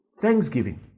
Thanksgiving